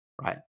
right